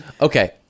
Okay